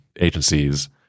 agencies